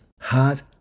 heart